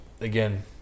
Again